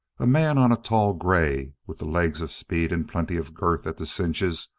a man on a tall gray, with the legs of speed and plenty of girth at the cinches,